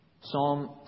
Psalm